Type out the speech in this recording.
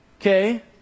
Okay